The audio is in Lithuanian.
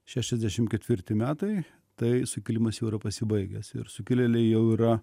šešiasdešim ketvirti metai tai sukilimas jau yra pasibaigęs ir sukilėliai jau yra